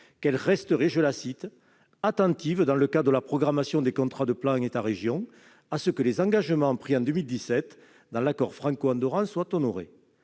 qu'elle resterait « attentive, dans le cadre de la programmation des contrats de plan État-région, à ce que les engagements pris en 2017 dans l'accord franco-andorran soient honorés ».